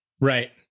Right